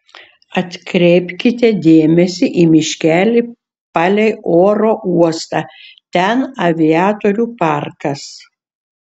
atkreipkite dėmesį į miškelį palei oro uostą ten aviatorių parkas